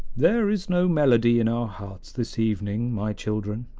there is no melody in our hearts this evening, my children,